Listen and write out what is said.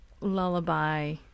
lullaby